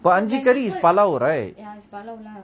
but அஞ்சி காரி:anji kaari is பளவு:palavu right